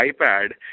iPad